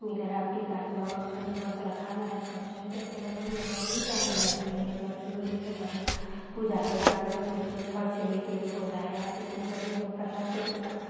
मिलेर अब टिकाहरू लगाउँछन् बसेर खानाहरू खान्छन् त्यस बेला पनि म धेरै आनन्दहरू लिने गर्छु जस्तै घरमा पूजाहरू राख्दा पनि यसो छर छिमेकीहरू बोलाएर त्यसमा पनि अब प्रसादको रूपमा